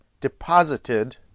deposited